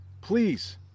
Please